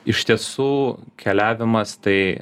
iš tiesų keliavimas tai